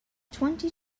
twenty